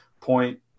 point